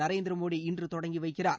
நரேந்திரமோடி இன்று தொடங்கி வைக்கிறார்